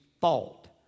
fault